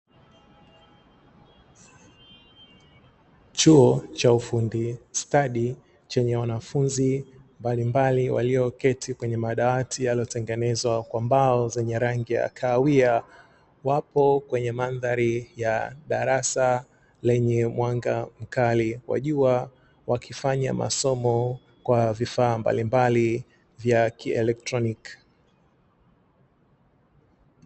chuo cha ufundi stadi chenye wanafunzi mbalimbali walioketi kwenye madawati yaliyotengenezwa kwa mbao zenye rangi ya kahawia wapo kwenye mandhari ya darasa lenye mwanga mkali wa jua wakifanya masomo kwa vifaa mbalimbali vya kielekroniki.